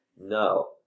No